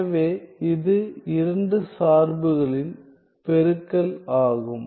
எனவே இது இரண்டு சார்புகளின் பெருக்கல் ஆகும்